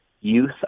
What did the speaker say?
youth